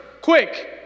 quick